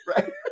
right